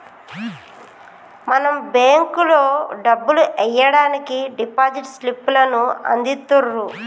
మనం బేంకులో డబ్బులు ఎయ్యడానికి డిపాజిట్ స్లిప్ లను అందిత్తుర్రు